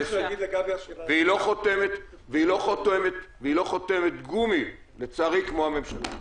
והיא לא חותמת גומי, לצערי, כמו הממשלה.